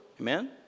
Amen